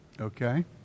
Okay